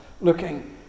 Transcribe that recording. looking